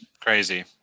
Crazy